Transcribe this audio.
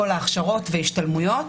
כלים שיעזרו לו להבין את חוות הדעת של המומחים,